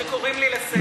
שקוראים אותי לסדר.